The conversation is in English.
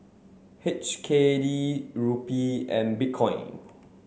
H K D Rupee and Bitcoin